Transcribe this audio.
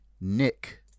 Nick